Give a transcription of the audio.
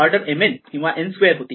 order mn किंवा n square होती